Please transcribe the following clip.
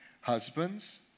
Husbands